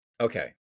okay